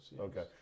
Okay